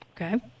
Okay